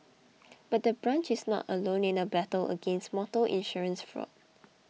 but the branch is not alone in the battle against motor insurance fraud